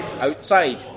outside